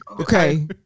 Okay